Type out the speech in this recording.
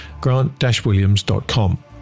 grant-williams.com